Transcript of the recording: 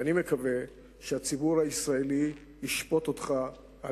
ואני מקווה שהציבור הישראלי ישפוט אותך על